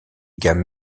gammes